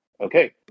Okay